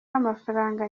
w’amafaranga